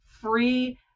free